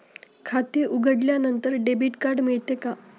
खाते उघडल्यानंतर debit card मिळते का?